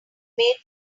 made